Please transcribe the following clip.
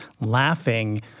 laughing